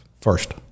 first